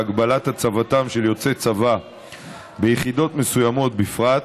והגבלת הצבתם של יוצאי צבא ביחידות מסוימות בפרט,